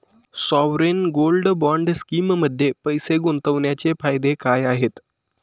Sovereign gold bond स्कीममध्ये पैसे गुंतवण्याचे फायदे काय आहेत?